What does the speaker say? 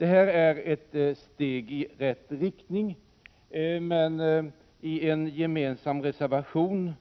Detta är ett steg i rätt riktning, men i en reservation,